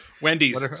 wendy's